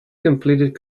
completed